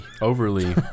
overly